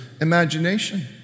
imagination